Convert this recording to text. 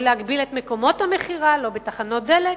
או להגבלת מקומות המכירה, לא בתחנות דלק,